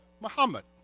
Muhammad